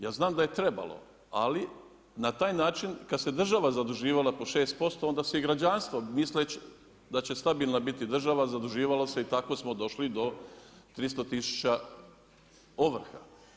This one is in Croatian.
Ja znam da je trebalo, ali na taj način kada se država zaduživala po 6% onda se i građanstvo misleć da će stabilna biti država, zaduživalo se i tako smo došli do 300 tisuća ovrha.